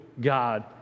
God